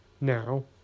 Now